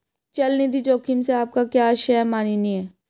चल निधि जोखिम से आपका क्या आशय है, माननीय?